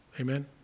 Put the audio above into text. Amen